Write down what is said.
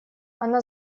она